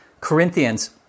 Corinthians